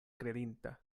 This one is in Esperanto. kredinta